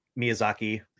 Miyazaki